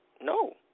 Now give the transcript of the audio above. No